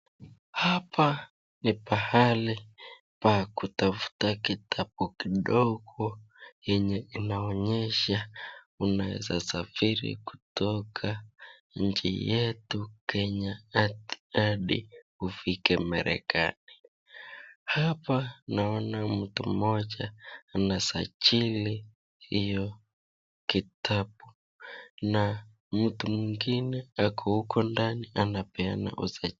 Hapa ni pahali pa kutafuta kitabu kidogo yenye inaonyesha unaweza safiri kutoka nchi yetu Kenya hadi ufike Marekani . Hapa naona mtu mmoja anasajili hiyo kitabu na mtu mwengine ako huko ndani anapeana ruhusa.